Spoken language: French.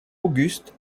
auguste